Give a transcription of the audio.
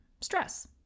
stress